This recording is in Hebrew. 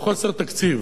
חוסר תקציב,